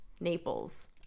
Naples